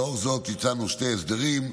לאור זאת, הצענו שני הסדרים.